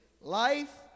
life